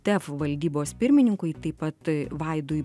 tef valdybos pirmininkui taip pat vaidui